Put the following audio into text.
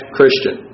Christian